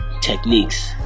techniques